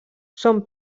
són